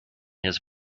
his